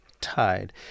tide